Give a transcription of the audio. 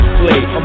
play